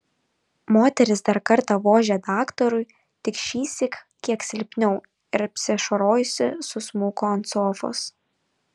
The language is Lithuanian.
moteris dar kartą vožė daktarui tik šįsyk kiek silpniau ir apsiašarojusi susmuko ant sofos